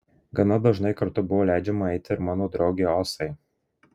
gana dažnai kartu buvo leidžiama eiti ir mano draugei osai